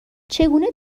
چگونه